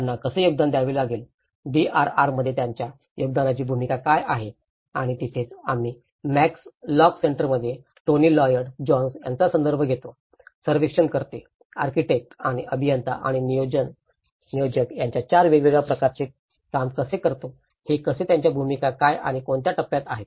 त्यांना कसे योगदान द्यावे लागेल DRR मध्ये त्यांच्या योगदानाची भूमिका काय आहे आणि तिथेच आम्ही मॅक्स लॉक सेंटरमधील टोनी लॉयड जोन्सचा संदर्भ घेतो सर्वेक्षणकर्ते आर्किटेक्ट आणि अभियंता आणि नियोजक यांच्या 4 वेगवेगळ्या प्रकारांचे काम कसे करतो ते कसे त्यांच्या भूमिका काय आणि कोणत्या टप्प्यात आहेत